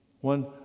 One